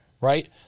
Right